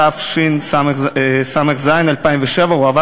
התשס"ז 2007, הועבר